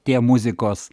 tie muzikos